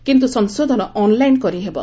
କିନ୍ତୁ ସଂଶୋଧନ ଅନ୍ଲାଇନ୍ କରିହେବ